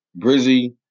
Brizzy